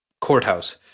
courthouse